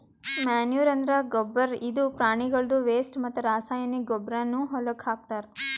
manure ಅಂದ್ರ ಗೊಬ್ಬರ್ ಇದು ಪ್ರಾಣಿಗಳ್ದು ವೆಸ್ಟ್ ಮತ್ತ್ ರಾಸಾಯನಿಕ್ ಗೊಬ್ಬರ್ನು ಹೊಲಕ್ಕ್ ಹಾಕ್ತಾರ್